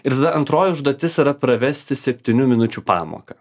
ir tada antroji užduotis yra pravesti septynių minučių pamoką